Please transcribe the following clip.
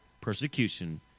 persecution